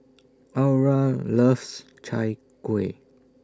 Aura loves Chai Kueh